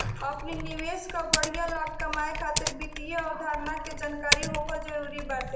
अपनी निवेश कअ बढ़िया लाभ कमाए खातिर वित्तीय अवधारणा के जानकरी होखल जरुरी बाटे